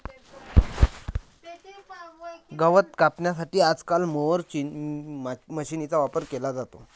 गवत कापण्यासाठी आजकाल मोवर माचीनीचा वापर केला जातो